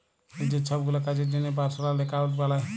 লিজের ছবগুলা কাজের জ্যনহে পার্সলাল একাউল্ট বালায়